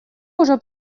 уже